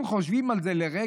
אם חושבים על זה לרגע,